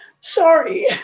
Sorry